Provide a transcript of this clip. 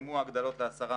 נקטמו ההגדלות ל-10%,